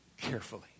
carefully